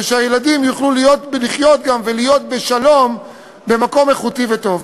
ושהילדים יוכלו לחיות גם ולהיות בשלום במקום איכותי וטוב.